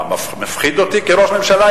מה, מפחיד אותי כראש ממשלה?